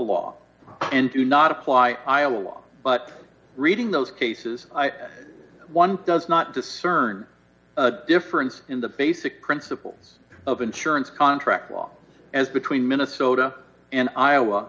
law and do not apply i along but reading those cases one does not discern a difference in the basic principle of insurance contract law as between minnesota and iowa